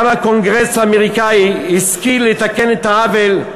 גם הקונגרס האמריקני השכיל לתקן את העוול,